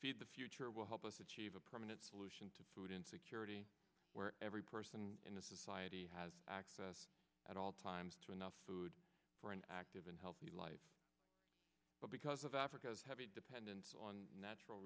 feed the future will help us achieve a permanent solution to food insecurity where every person in a society has access at all times to enough food for an active and healthy life but because of africa's heavy dependence on natural